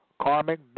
Karmic